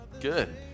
good